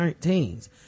teens